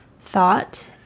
thought